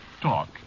Talk